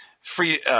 free